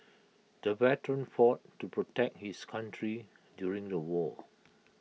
the veteran fought to protect his country during the war